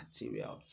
material